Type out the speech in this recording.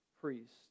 priest